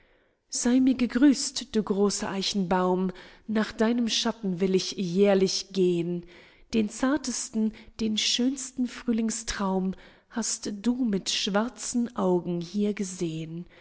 sey mir gegrüßt du großer eichenbaum nach deinem schatten will ich jährlich gehen den zartesten den schönsten frühlingstraum hast du mit schwarzen augen hier gesehen